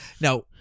now